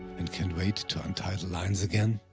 and can't wait to untie the lines again?